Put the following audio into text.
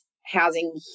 housing